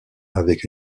avec